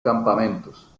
campamentos